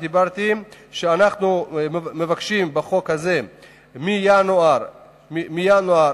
שעליו דיברתי: אנחנו מבקשים בחוק הזה מינואר 2010